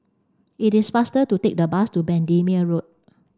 it is faster to take the bus to Bendemeer Road